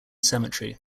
cemetery